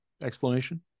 explanation